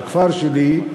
לכפר שלי,